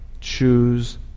choose